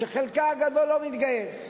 שחלקה הגדול לא מתגייס.